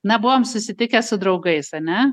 na buvom susitikę su draugais ane